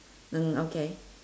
mm okay